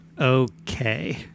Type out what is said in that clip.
okay